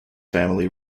family